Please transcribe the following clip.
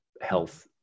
health